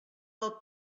del